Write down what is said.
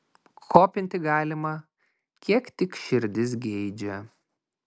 kopinti galima kiek tik širdis geidžia